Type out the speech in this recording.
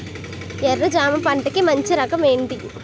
ఎర్ర జమ పంట కి మంచి రకం ఏంటి?